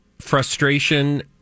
frustration